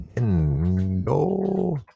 No